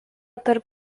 tarp